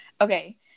Okay